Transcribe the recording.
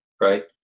Right